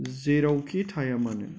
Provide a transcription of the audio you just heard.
जेरावखि थाया मानो